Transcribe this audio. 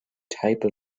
type